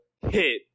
hit